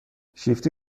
شیفتی